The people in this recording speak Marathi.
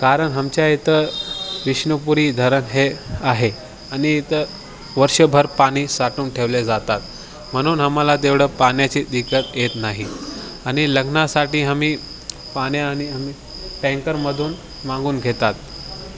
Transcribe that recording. कारण आमच्या इथं विष्णुपुरी धरण हे आहे आणि इथं वर्षभर पाणी साठवून ठेवले जातात म्हणून आम्हाला तेवढं पाण्याची दिक्कत येत नाही आणि लग्नासाठी आम्ही पाणी आणि आम्ही टँकरमधून मागून घेतात